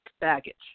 baggage